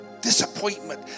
disappointment